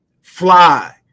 Fly